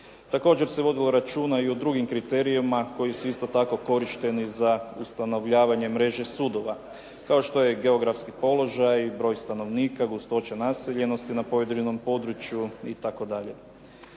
Također se vodilo računa i o drugim kriterijima koji su isto tako korišteni za ustanovljavanje mreže sudova kao što je geografski položaj, broj stanovnika, gustoća naseljenosti na pojedinom području i